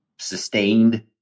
sustained